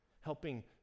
Helping